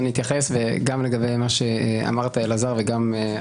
אני אתייחס לדברים שלך ושל אלעזר.